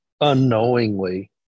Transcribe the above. unknowingly